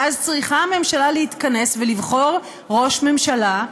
ואז צריכה הממשלה להתכנס ולבחור ראש ממשלה.